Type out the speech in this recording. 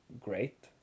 great